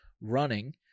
running